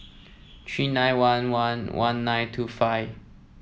three nine one one one nine two five